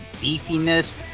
beefiness